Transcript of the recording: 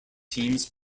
teams